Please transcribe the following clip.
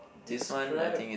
describe